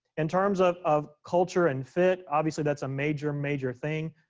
in terms of of culture and fit, obviously that's a major, major thing,